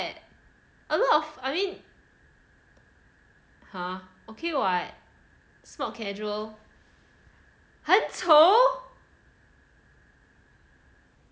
a lot of I mean !huh! okay what smart casual 很丑